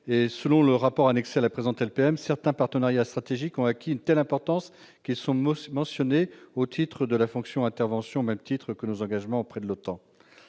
Selon le rapport annexé à la présente LPM, certains partenariats stratégiques ont acquis une telle importance qu'ils sont mentionnés au titre de la fonction d'« intervention », au même titre que nos engagements auprès de l'OTAN.